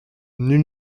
nul